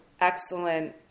excellent